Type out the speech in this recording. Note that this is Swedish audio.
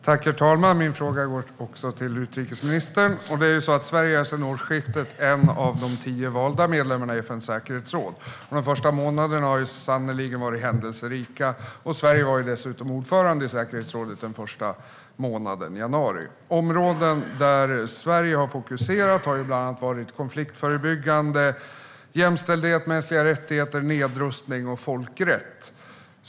Herr talman! Min fråga går också till utrikesministern. Sverige är ju sedan årsskiftet en av de tio valda medlemmarna i FN:s säkerhetsråd. De första månaderna har sannerligen varit händelserika, och Sverige var dessutom ordförande i säkerhetsrådet under den första månaden, det vill säga januari. Områden som Sverige har fokuserat på har bland annat varit konfliktförebyggande, jämställdhet, mänskliga rättigheter, nedrustning och folkrätt.